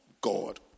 God